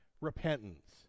repentance